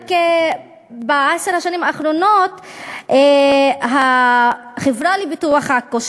רק בעשר השנים האחרונות החברה לפיתוח עכו,